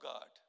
God